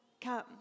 come